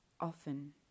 often